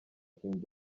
king